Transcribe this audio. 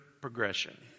progression